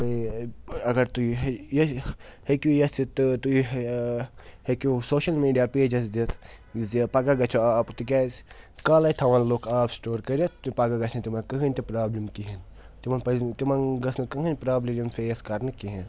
بیٚیہِ اگر تُہۍ ہیٚکِو ییٚژھِتھ تہٕ تُہۍ ہیٚکِو سوشَل میٖڈیا پیجَس دِتھ زِ پَگاہ گَژھیو آب تِکیٛازِ کالَے تھَوَن لُکھ آب سِٹور کٔرِتھ تہٕ پگاہ گَژھِ نہٕ تِمَن کٕہٕنۍ تہِ پرٛابلِم کِہیٖنۍ تِمَن پَزِ نہٕ تِمَن گَژھِ نہٕ کٕہۭنۍ پرٛابلِم یِم فیس کَرنہٕ کِہیٖنۍ